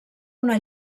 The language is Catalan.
una